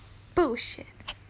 bullshit